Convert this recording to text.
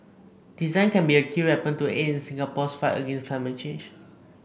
design can be a key weapon to aid in Singapore's fight against climate change